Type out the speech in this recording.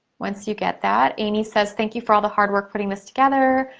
once you get that. amy says, thank you for all the hard work putting this together.